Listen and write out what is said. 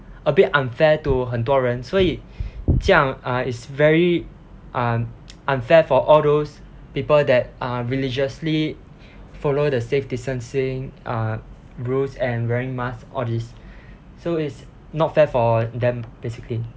a bit unfair to 很多人所以这样 uh is very un~ unfair for all those people that uh religiously follow the safe distancing uh rules and wearing masks all these so it's not fair for them basically